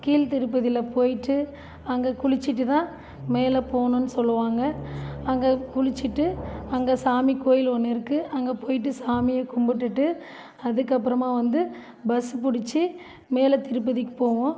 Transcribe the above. கீழ் திருப்பதியில போய்விட்டு அங்கே குளிச்சிட்டு தான் மேலே போகணுன்னு சொல்லுவாங்க அங்கே குளிச்சிவிட்டு அங்கே சாமி கோயில் ஒன்று இருக்கு அங்கே போய்விட்டு சாமியை கும்பிட்டுட்டு அதுக்கப்பறமாக வந்து பஸ்ஸு பிடிச்சி மேலே திருப்பதிக்கு போவோம்